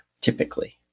typically